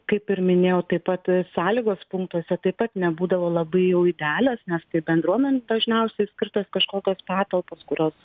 kaip ir minėjau taip pat sąlygos punktuose taip pat nebūdavo labai jau idealios nes tai bendruomenių dažniausiai skirtos kažkokios patalpos kurios